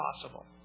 possible